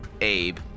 Abe